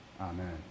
Amen